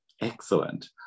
excellent